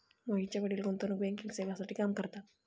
मोहितचे वडील गुंतवणूक बँकिंग सेवांसाठी काम करतात